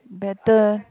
better